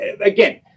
again